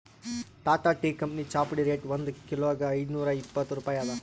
Tata tea ಕಂಪನಿದ್ ಚಾಪುಡಿ rate ಒಂದ್ ಕಿಲೋಗಾ ಐದ್ನೂರಾ ಇಪ್ಪತ್ತ್ ರೂಪಾಯಿ ಅದಾ